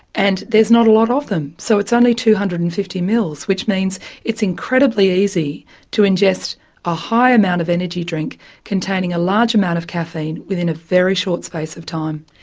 and there's not a lot of them. so it's only two hundred and fifty mls, which means it's incredibly easy to ingest a high amount of energy drink containing a large amount of caffeine within a very short space of time.